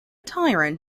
tyrant